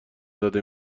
داده